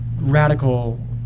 radical